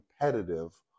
competitive